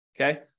Okay